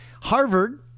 Harvard